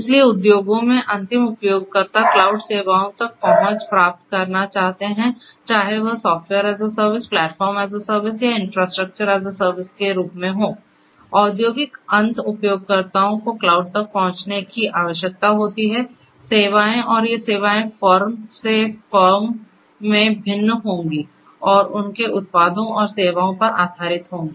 इसलिए उद्योगों में अंतिम उपयोगकर्ता क्लाउड सेवाओं तक पहुंच प्राप्त करना चाहते हैं चाहे वह software as a service platform as a service या इन्फ्रास्ट्रक्चर एस ए सर्विस के रूप में हो औद्योगिक अंत उपयोगकर्ताओं को क्लाउड तक पहुंच की आवश्यकता होती है सेवाएं और ये सेवाएं फर्म से फर्म में भिन्न होंगी और उनके उत्पादों और सेवाओं पर आधारित होंगी